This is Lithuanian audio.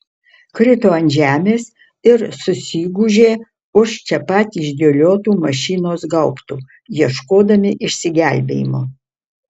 krito ant žemės ir susigūžė už čia pat išdėliotų mašinos gaubtų ieškodami išsigelbėjimo